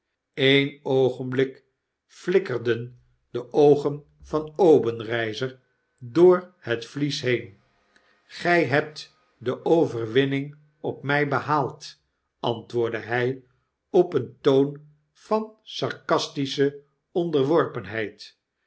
een oogenblik flikkerden de oogen van openreizer door het vlies heen grij hebt de overwinning op my behaald antwoordde hij op een toon van sarcastische onderworpenheid